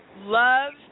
love